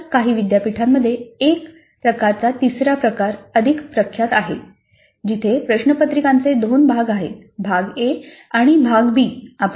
आजकाल काही विद्यापीठांमध्ये एक प्रकारचा तिसरा प्रकार अधिक प्रख्यात झाला आहे जिथे प्रश्नपत्रिकेचे दोन भाग आहेत भाग ए आणि भाग बी